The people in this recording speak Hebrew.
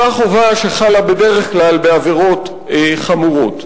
אותה חובה שחלה בדרך כלל בעבירות חמורות,